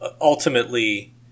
ultimately